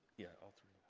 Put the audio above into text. yeah, all three.